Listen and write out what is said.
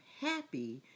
happy